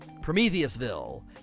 Prometheusville